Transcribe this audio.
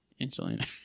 Angelina